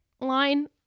line